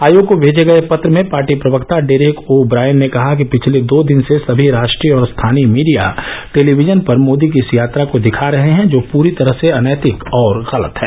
आयोग को भेजे पत्र में पार्टी प्रवक्ता डेरेक ओ ब्रायन ने कहा है कि पिछले दो दिन से सभी राष्ट्रीय और स्थानीय मीडिया टेलीविजन पर मोदी की इस यात्रा को दिखा रहे हैं जो पूरी तरह अनैतिक और गलत है